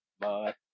Bye